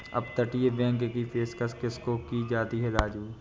अपतटीय बैंक की पेशकश किसको की जाती है राजू?